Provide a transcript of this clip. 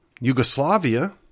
Yugoslavia